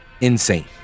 insane